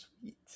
sweet